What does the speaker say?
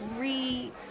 re